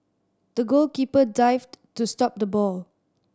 the goalkeeper dived to stop the ball